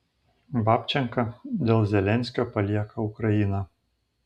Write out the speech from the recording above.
babčenka dėl zelenskio palieka ukrainą